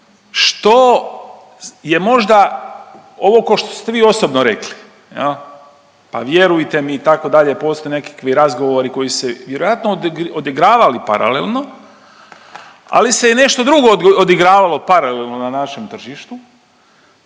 što je možda ovo kao što ste vi osobno rekli pa vjerujte mi itd., postoje nekakvih razgovori koji su se vjerojatno odigravali paralelno ali se i nešto drugo odigravalo paralelno na našem tržištu,